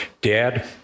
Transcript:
Dad